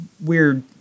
weird